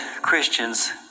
Christians